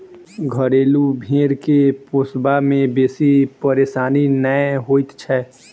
घरेलू भेंड़ के पोसबा मे बेसी परेशानी नै होइत छै